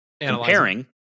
comparing